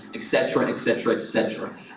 etc, etc, etc.